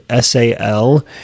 sal